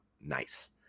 nice